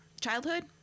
Childhood